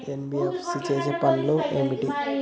NBFC చేసే పనులు ఏమిటి?